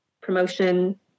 Promotion